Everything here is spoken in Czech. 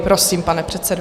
Prosím, pane předsedo.